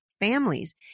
families